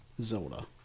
Zelda